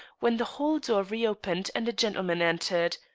when the hall door reopened and a gentleman entered.